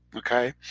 okay.